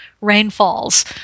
rainfalls